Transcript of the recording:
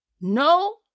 No